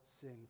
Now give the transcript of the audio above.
sin